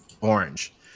orange